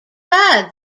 bad